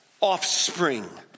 offspring